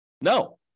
No